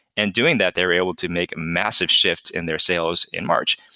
and doing that they're able to make massive shifts in their sales in march.